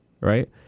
Right